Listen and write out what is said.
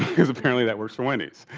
here's apparently that works for wendy's.